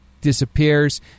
disappears